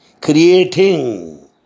creating